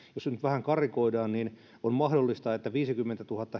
jos nyt vähän karrikoidaan niin on mahdollista että viisikymmentätuhatta